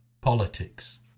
politics